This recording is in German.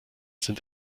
sind